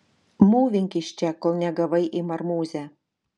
mūvink iš čia kol negavai į marmūzę